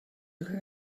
her